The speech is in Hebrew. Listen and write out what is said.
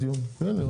אני חושב שהייתה